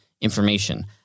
information